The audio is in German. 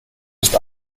ist